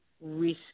risk